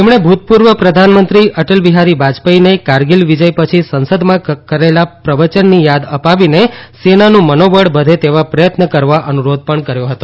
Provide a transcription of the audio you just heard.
તેમણે ભૂતપૂર્વ પ્રધાનમંત્રી અટલ બિહારી વાજપાઇને કારગીલ વિજય પછી સંસદમાં કરેલા પ્રવચનની યાદ અપાવીને સેનાનું મનોબળ વધે તેવા પ્રયત્ન કરવા અનુરોધ પણ કર્યો હતો